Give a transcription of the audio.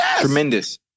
Tremendous